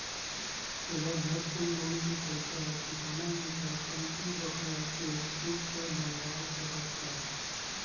तोला झटकुन लोन के पइसा ल चुकाना हे त कमती बछर के किस्त बंधवा सकस हस